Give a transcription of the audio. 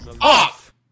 off